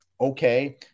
okay